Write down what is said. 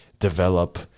Develop